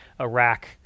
Iraq